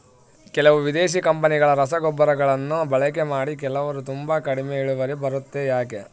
ಕೆಲವು ವಿದೇಶಿ ಕಂಪನಿಗಳ ರಸಗೊಬ್ಬರಗಳನ್ನು ಬಳಕೆ ಮಾಡಿ ಕೆಲವರು ತುಂಬಾ ಕಡಿಮೆ ಇಳುವರಿ ಬರುತ್ತೆ ಯಾಕೆ?